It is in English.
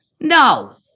No